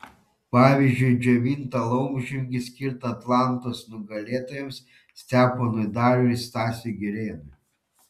pavyzdžiui džiovintą laumžirgį skirtą atlanto nugalėtojams steponui dariui ir stasiui girėnui